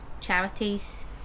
charities